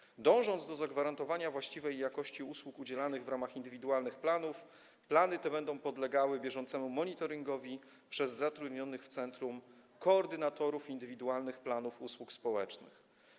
Ponieważ dąży się do zagwarantowania właściwej jakości usług udzielanych w ramach indywidualnych planów, plany te będą podlegały bieżącemu monitoringowi wykonywanemu przez zatrudnionych w centrum koordynatorów indywidualnych planów usług społecznych.